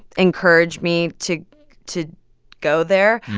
encourage me to to go there,